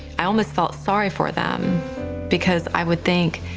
i almost felt sorry for them because i would think,